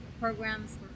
programs